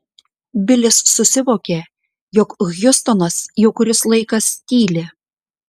bilis susivokė jog hjustonas jau kuris laikas tyli